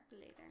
Later